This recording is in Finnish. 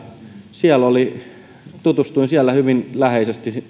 siellä tutustuin hyvin läheisesti